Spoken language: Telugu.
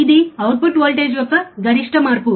ఇది అవుట్పుట్ వోల్టేజ్ యొక్క గరిష్ట మార్పు